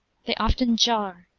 they often jar,